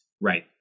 Right